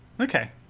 Okay